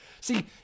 See